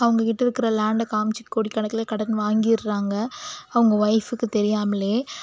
அவங்க கிட்ட இருக்கிற லேண்டை காம்ச்சு கோடி கணக்கில் கடன் வாங்கிடறாங்க அவங்க ஒய்ஃப்புக்கு தெரியாமலே